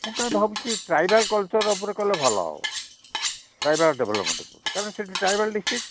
ମୁଁ କ'ଣ ଭାବୁଛି ଟ୍ରାଇବାଲ୍ କଲ୍ଚର୍ ଉପରେ କଲେ ଭଲ ହବ ଟ୍ରାଇବାଲ୍ ଡେଭେଲପମେଣ୍ଟ ଉପରେ କାହିଁନା ସେଠି ଟ୍ରାଇବାଲ୍ ଡିଷ୍ଟ୍ରିକ